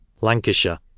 Lancashire